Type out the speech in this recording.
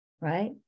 right